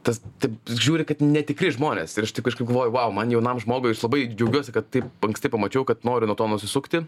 tas taip žiūri kad netikri žmonės ir aš taip kažkaip gavoju vau man jaunam žmogui aš labai džiaugiuosi kad taip anksti pamačiau kad noriu nuo to nusisukti